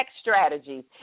strategies